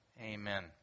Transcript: Amen